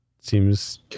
Seems